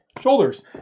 Shoulders